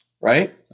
Right